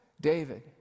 David